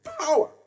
power